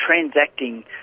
transacting